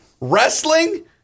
Wrestling